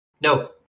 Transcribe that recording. No